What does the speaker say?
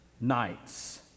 nights